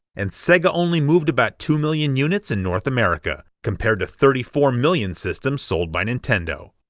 and sega only moved about two million units in north america, compared to thirty four million systems sold by nintendo.